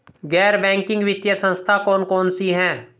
गैर बैंकिंग वित्तीय संस्था कौन कौन सी हैं?